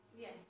Yes